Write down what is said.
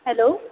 hello